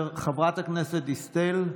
חברת הכנסת דיסטל?